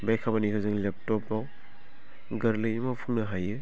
बे खामानिखौ जों लेपटपाव गोरलैनो मावफुंनो हायो